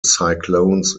cyclones